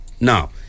Now